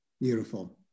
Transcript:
beautiful